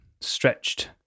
stretched